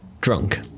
drunk